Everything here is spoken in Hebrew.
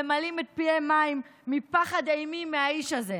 ממלאים את פיהם מים מפחד אימים מהאיש הזה.